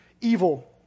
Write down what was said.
evil